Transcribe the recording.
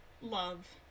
love